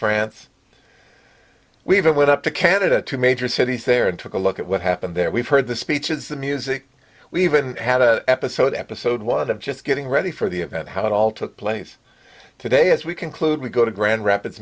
france we even went up to canada two major cities there and took a look at what happened there we've heard the speeches the music we even had a episode episode one of just getting ready for the event how it all took place today as we conclude we go to grand rapids